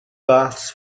baths